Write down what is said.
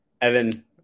Evan